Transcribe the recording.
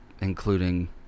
including